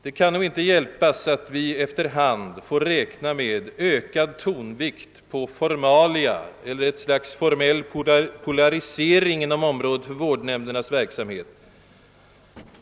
Det kan nog inte hjälpas att man efter hand sålunda nödgas att lägga ökad tonvikt på formalia och att sålunda ett slags formell polarisering uppstår inom området för vårdnämndernas verksamhet.